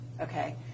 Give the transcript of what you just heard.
Okay